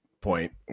point